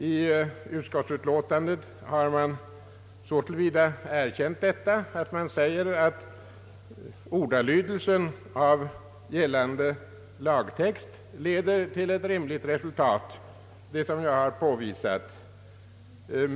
I utskottsutlåtandet har man så till vida erkänt detta att man säger att ordalydelsen i gällande lagtext leder till ett rimligt resultat — som jag har påvisat.